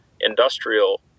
industrial